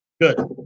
Good